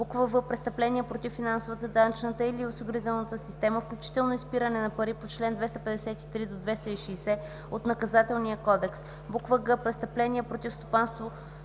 в) престъпление против финансовата, данъчната или осигурителната система, включително изпиране на пари, по чл. 253 260 от Наказателния кодекс; г) престъпление против стопанството